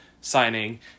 signing